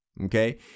okay